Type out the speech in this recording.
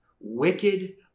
wicked